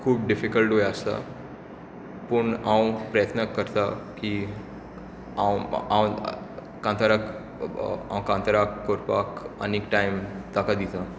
खूब डिफिकल्डूय आसता पूण हांव प्रयत्न करतां की हांव हांव कांतारां हांव कांतारां करपाक आनीक टायम ताका दिता